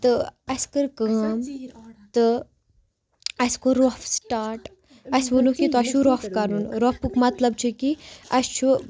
تہٕ اَسہِ کٔر کٲم تہٕ اَسہِ کوٛر روف سِٹاٹ اَسہِ وونُک یہِ تۄہہِ چھو روف کَرُن روفُک مطلب چھُ کہِ اَسہِ چھُ